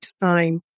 time